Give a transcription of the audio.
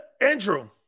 Andrew